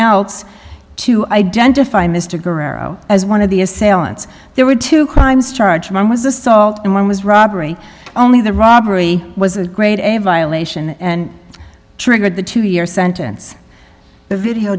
else to identify mr guerrero as one of the assailants there were two crimes charge one was assault and one was robbery only the robbery was a grade a violation and triggered the two year sentence the video